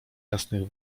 jasnych